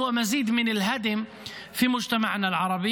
להלן תרגומם:) תודה רבה,